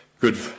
good